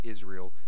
Israel